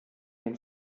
den